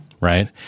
right